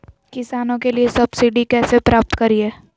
किसानों के लिए सब्सिडी कैसे प्राप्त करिये?